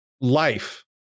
life